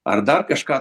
ar dar kažką